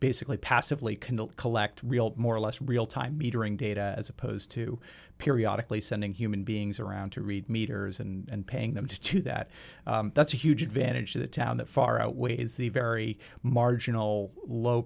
basically passively can collect real more or less real time metering data as opposed to periodic lee sending human beings around to read meters and paying them just to that that's a huge advantage to the town that far outweighs the very marginal low